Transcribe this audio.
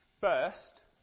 First